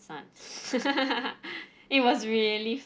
sons it was really